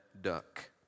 duck